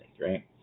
right